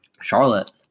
Charlotte